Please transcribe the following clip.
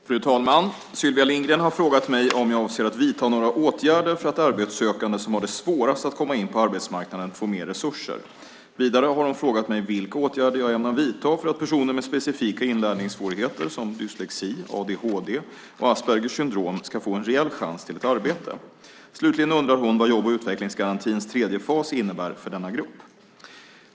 Fru talman! Sylvia Lindgren har frågat mig om jag avser att vidta några åtgärder för att arbetssökande som har det svårast att komma in på arbetsmarknaden får mer resurser. Vidare har hon frågat mig vilka åtgärder jag ämnar vidta för att personer med specifika inlärningssvårigheter som dyslexi, adhd och Aspergers syndrom ska få en reell chans till ett arbete. Slutligen undrar hon vad jobb och utvecklingsgarantins tredje fas innebär för denna grupp.